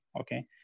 okay